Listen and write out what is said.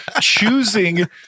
choosing